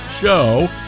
show